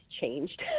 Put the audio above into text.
changed